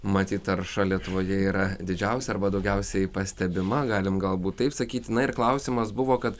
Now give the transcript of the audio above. matyt tarša lietuvoje yra didžiausia arba daugiausiai pastebima galim galbūt taip sakyti na ir klausimas buvo kad